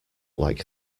like